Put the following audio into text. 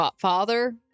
Father